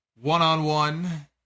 one-on-one